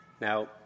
Now